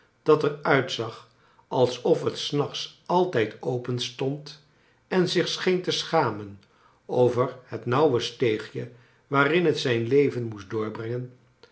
dat er uitzag alsof het j s naclits altijd open stond en zich scheen te schamen over het nauwe steegje waarin het zijn leven moest doorbrengen